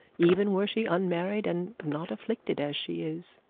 even were she unmarried and not afflicted as she is